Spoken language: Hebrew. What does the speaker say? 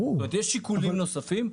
יש שיקולים נוספים.